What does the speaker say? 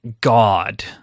God